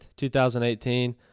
2018